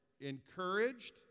encouraged